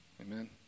Amen